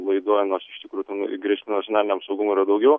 laiduojamas iš tikrųjų ten grėsmių nacionaliniam saugumui yra daugiau